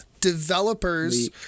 developers